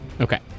Okay